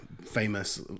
famous